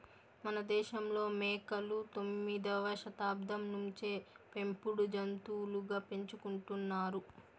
మనదేశంలో మేకలు తొమ్మిదవ శతాబ్దం నుంచే పెంపుడు జంతులుగా పెంచుకుంటున్నారు